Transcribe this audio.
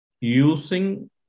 using